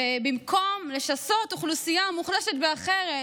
במקום לשסות אוכלוסייה מוחלשת באחרת,